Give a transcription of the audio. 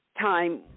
time